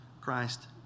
Christ